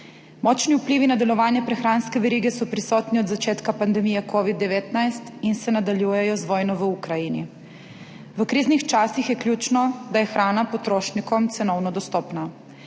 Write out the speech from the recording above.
Močni vplivi na delovanje prehranske verige so prisotni od začetka pandemije COVID-19 in se nadaljujejo z vojno v Ukrajini. V kriznih časih je ključno, da je hrana potrošnikom cenovno dostopna,